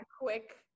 quick